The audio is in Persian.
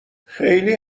خیلی